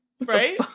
right